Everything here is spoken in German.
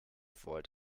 volt